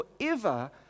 forever